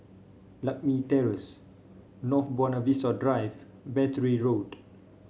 Lakme Terrace North Buona Vista Drive Battery Road